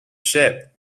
ship